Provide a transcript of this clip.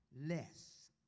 less